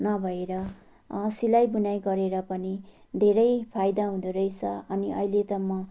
नभएर सिलाइ बुनाइ गरेर पनि धेरै फाइदा हुँदो रहेछ अनि अहिले त म